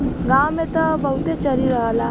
गांव में त बहुते चरी रहला